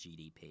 GDP